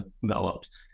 developed